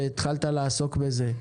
והתחלת לעסוק בזה.